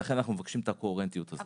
ולכן אנחנו מבקשים את הקוהרנטיות הזאת.